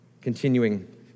Continuing